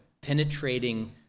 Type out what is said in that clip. penetrating